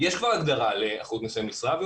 יש כבר הגדרה לאחוד נושא משרה והיא